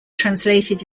translated